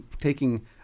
taking